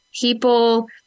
people